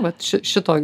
vat ši šito